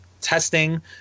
testing